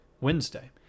Wednesday